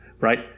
Right